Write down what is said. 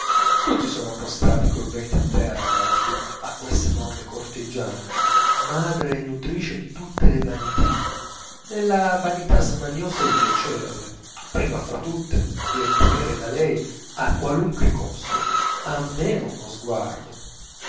tutti sono prostrati col ventre a terra davanti a questa enorme cortigiana madre e nutrice di tutte le vanità della vanità smaniosa di piacerle prima fra tutte di ottenere da lei a qualunque costo almeno uno sguardo